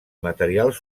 materials